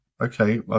okay